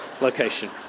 location